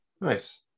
Nice